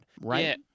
right